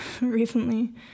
recently